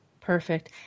perfect